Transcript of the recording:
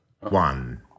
One